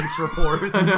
reports